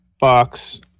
box